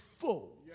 full